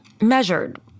measured